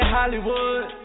Hollywood